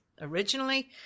Originally